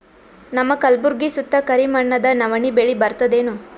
ನಮ್ಮ ಕಲ್ಬುರ್ಗಿ ಸುತ್ತ ಕರಿ ಮಣ್ಣದ ನವಣಿ ಬೇಳಿ ಬರ್ತದೇನು?